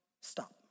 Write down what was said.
stop